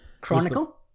chronicle